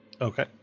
Okay